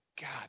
god